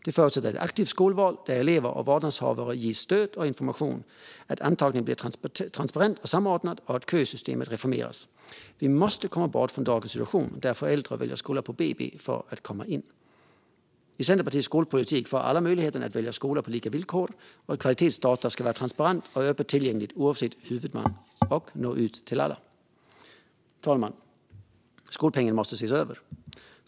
Detta förutsätter ett aktivt skolval där elever och vårdnadshavare ges stöd och information, att antagningen blir transparent och samordnad och att kösystemet reformeras. Vi måste komma bort från dagens situation där föräldrar väljer skola på BB för att barnen ska komma in. I Centerpartiets skolpolitik får alla möjlighet att välja skola på lika villkor. Kvalitetsdata ska vara transparenta och öppet tillgängliga, oavsett huvudman, och nå ut till alla. Fru talman! Skolpengen måste ses över.